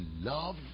love